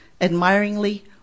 admiringly